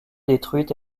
détruite